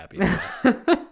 happy